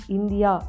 India